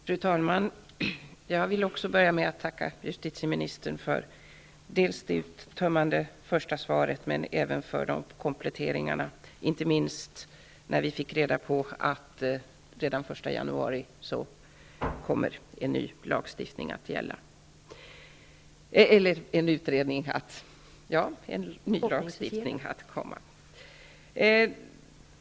Fru talman! Också jag vill börja med att tacka justitieministern för dels det uttömmande första svaret, dels för kompletteringarna där vi fick reda på att en ny lagstiftning kommer att gälla redan från den 1 januari.